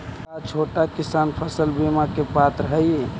का छोटा किसान फसल बीमा के पात्र हई?